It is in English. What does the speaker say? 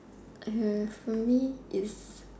I have for me is